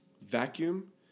vacuum